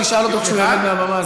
תשאל אותו כשהוא ירד מהבמה.